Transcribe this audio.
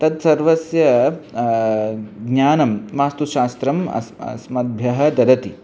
तत् सर्वस्य ज्ञानं वास्तुशास्त्रम् अस् अस्मद्भ्यं ददाति